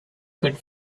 good